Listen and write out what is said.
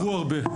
סגרו הרבה.